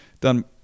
done